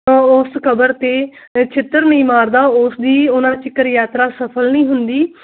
ਉਸ ਖਬਰ ਤੇ ਛਿੱਤਰ ਨਹੀਂ ਮਾਰਦਾ ਉਸਦੀ ਉਹਨਾਂ ਚਿਕਰ ਯਾਤਰਾ ਸਫਲ ਨਹੀਂ ਹੁੰਦੀ